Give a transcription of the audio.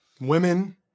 Women